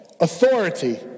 authority